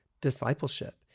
discipleship